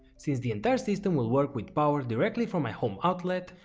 since the entire system will work with power directly from my home outlet,